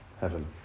heaven